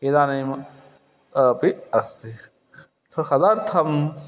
इदानीम् अपि अस्ति तदर्थम्